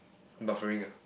buffering ah